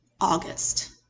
August